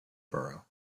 borough